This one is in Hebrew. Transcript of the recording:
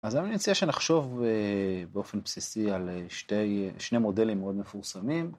‫אז אני מציע שנחשוב באופן בסיסי ‫על שני מודלים מאוד מפורסמים.